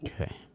okay